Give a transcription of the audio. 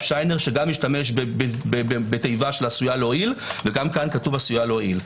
שיינר שהשתמש בתיבה שעשויה להועיל וגם כאן כתוב: עשויה להועיל.